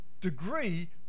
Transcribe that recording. degree